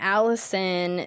Allison